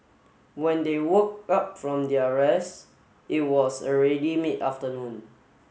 when they woke up from their rest it was already mid afternoon